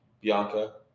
Bianca